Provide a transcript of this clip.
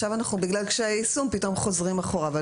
עכשיו בגלל קשיי יישום אנחנו פתאום חוזרים אחורה אבל